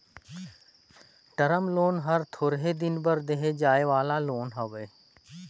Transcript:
term loan हर थोरहें दिन बर देहे जाए वाला लोन हवे